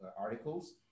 articles